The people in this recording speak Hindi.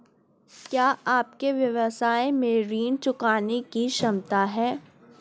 क्या आपके व्यवसाय में ऋण चुकाने की क्षमता है?